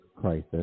crisis